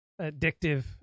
addictive